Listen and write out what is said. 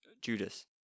Judas